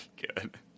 good